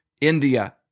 India